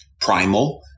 primal